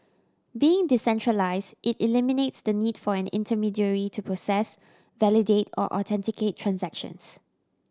being decentralised it eliminates the need for an intermediary to process validate or authenticate transactions